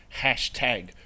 Hashtag